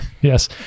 Yes